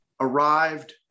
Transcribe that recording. arrived